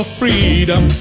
freedom